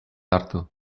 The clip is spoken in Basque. hartu